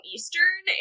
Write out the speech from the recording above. Eastern